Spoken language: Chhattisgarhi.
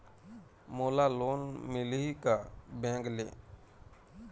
मोला लोन मिलही का बैंक ले?